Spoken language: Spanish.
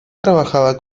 trabajaba